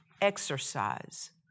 exercise